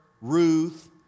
Ruth